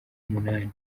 umunani